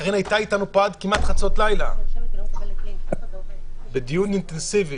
קארין הייתה איתנו פה כמעט עד חצות לילה בדיון אינטנסיבי.